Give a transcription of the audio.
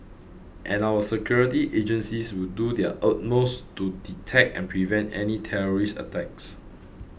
and our security agencies will do their utmost to detect and prevent any terrorist attacks